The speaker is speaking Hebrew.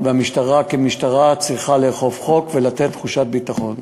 והמשטרה כמשטרה צריכה לאכוף חוק ולתת תחושת ביטחון.